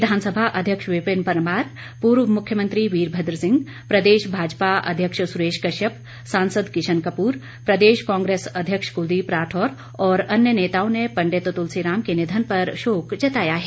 विधानसभा अध्यक्ष विपिन परमार पूर्व मुख्यमंत्री वीरभद्र सिंह प्रदेश भाजपा अध्यक्ष सुरेश कश्यप सांसद किशन कपूर प्रदेश कांग्रेस अध्यक्ष कुलदीप राठौर और अन्य नेताओं ने पंडित तुलसी राम के निधन पर शोक जाताया है